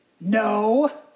No